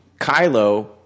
Kylo